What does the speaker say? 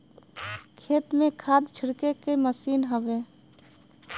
खेत में खाद छिड़के के मसीन हउवे